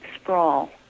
sprawl